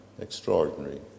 extraordinary